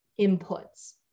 inputs